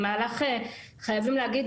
חייבים להגיד,